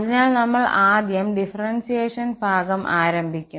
അതിനാൽ നമ്മൾ ആദ്യം ഡിഫറൻഷ്യേഷൻ ഭാഗം ആരംഭിക്കും